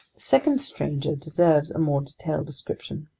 second stranger deserves a more detailed description.